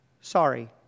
sorry